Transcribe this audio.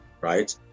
right